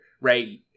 right